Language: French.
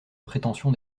prétention